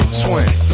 swing